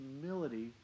humility